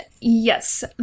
yes